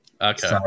Okay